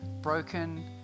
broken